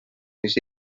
wnes